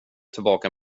tillbaka